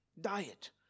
diet